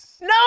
No